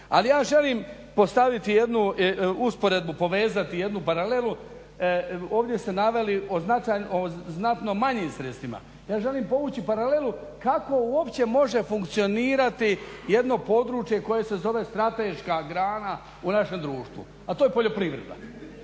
Ali ja želim postaviti jednu usporedbu, povezati jednu paralelu. Ovdje ste naveli o znatno manjim sredstvima. Ja želim povući paralelu kako uopće može funkcionirati jedno područje koje se zove strateška grana u našem društvu a to je poljoprivreda.